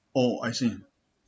oh I see